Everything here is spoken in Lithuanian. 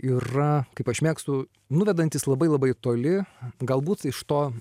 yra kaip aš mėgstu nuvedantis labai labai toli galbūt iš to